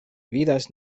vidas